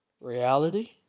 Reality